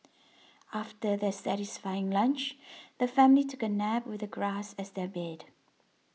after their satisfying lunch the family took a nap with the grass as their bed